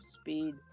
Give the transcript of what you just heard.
speed